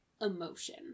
emotion